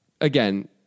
again